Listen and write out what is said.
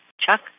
Chuck